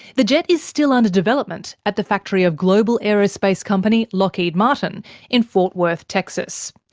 the jet is still under development at the factory of global aerospace company lockheed martin in fort worth, texas.